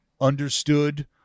understood